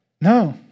No